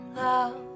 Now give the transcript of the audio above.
love